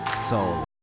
Soul